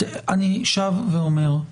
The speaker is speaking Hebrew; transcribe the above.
אני שב ואומר,